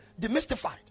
demystified